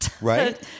right